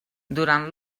durant